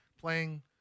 playing